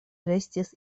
restis